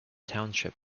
township